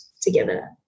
together